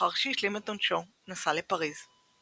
ולאחר שהשלים את עונשו, נסע לפריז.